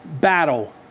battle